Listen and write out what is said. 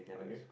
okay